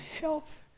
health